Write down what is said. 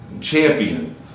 champion